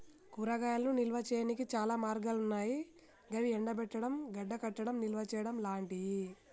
కూరగాయలను నిల్వ చేయనీకి చాలా మార్గాలన్నాయి గవి ఎండబెట్టడం, గడ్డకట్టడం, నిల్వచేయడం లాంటియి